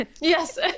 Yes